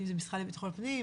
המשרד לביטחון פנים,